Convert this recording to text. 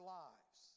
lives